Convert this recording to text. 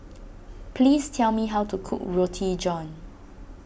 please tell me how to cook Roti John